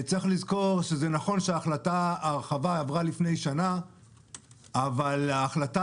זה נכון שההרחבה עברה לפני שנה אבל ההחלטה